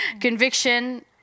conviction